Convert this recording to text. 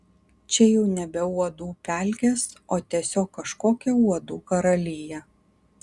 čia jau nebe uodų pelkės o tiesiog kažkokia uodų karalija